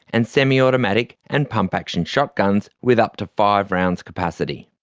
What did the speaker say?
and semi-automatic and pump-action shotguns with up to five rounds capacity.